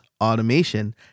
automation